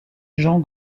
jean